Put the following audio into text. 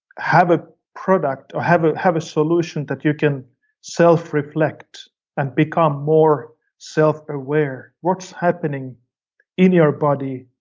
have a product or have ah have a solution that you can selfreflect and become more self-aware, what's happening in your body,